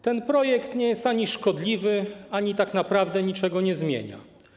Ten projekt ani nie jest ani szkodliwy, tak naprawdę niczego nie zmienia.